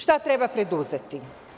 Šta treba preduzeti?